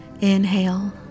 Inhale